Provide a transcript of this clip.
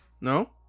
no